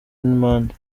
n’impande